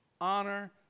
honor